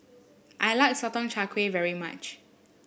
I like Sotong Char Kway very much